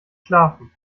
schlafen